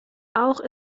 auch